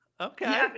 Okay